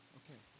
okay